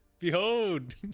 Behold